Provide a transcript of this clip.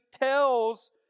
tells